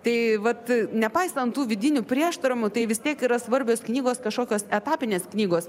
tai vat nepaisant tų vidinių prieštaravimų tai vis tiek yra svarbios knygos kažkokios etapinės knygos